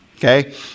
Okay